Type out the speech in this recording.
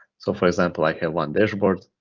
so for example, i have one dashboard,